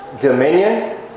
dominion